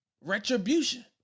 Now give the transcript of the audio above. retribution